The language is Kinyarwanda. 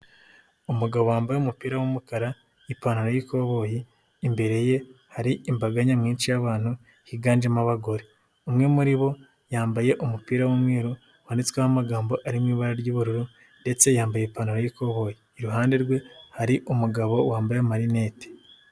Umugabo wambaye umupira w'umukara, ipantaro y'ikoboyi imbere ye hari imbaga nyamwinshi y'abantu higanjemo abagore, umwe muri bo yambaye umupira w'umweru wanditsweho amagambo ari mu ibara ry'ubururu ndetse yambaye ipantaro y'ikoboyi, iruhande rwe hari umugabo wambaye amarinete.